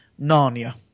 Narnia